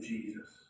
Jesus